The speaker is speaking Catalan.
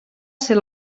ser